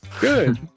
Good